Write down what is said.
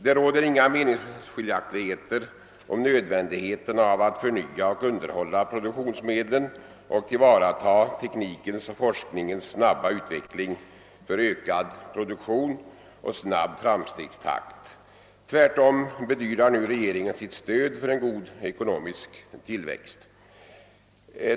Det råder inga meningsskiljaktigheter om nödvändigheten av att förnya och underhålla produktionsmedlen och tillvarataga teknikens och forskningens snabba utveckling för ökad produktion och snabb framstegstakt. Tvärtom bedyrar nu regeringen sitt stöd för en god ekonomisk tillväxt.